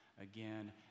again